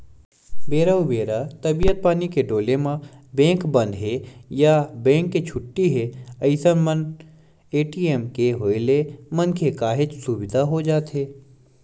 बेरा उबेरा तबीयत पानी के डोले म बेंक बंद हे या बेंक के छुट्टी हे अइसन मन ए.टी.एम के होय ले मनखे काहेच सुबिधा हो जाथे